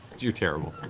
you're terrible.